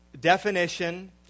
definition